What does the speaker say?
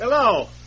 Hello